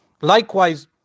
Likewise